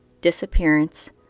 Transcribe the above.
disappearance